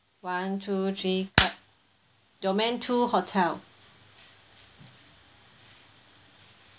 one two three clap domain two hotel